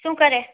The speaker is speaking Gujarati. શું કરે